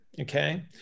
Okay